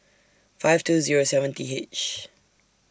five two Zero seven T H